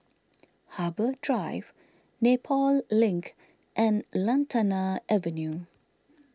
Harbour Drive Nepal Link and Lantana Avenue